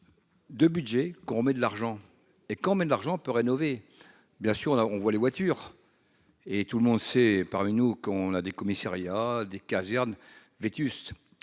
2 budget qu'on met de l'argent, et quand on met de l'argent peut rénover bien sûr là on voit les voitures et tout le monde sait par nous qu'on a des commissariats des casernes vétustes,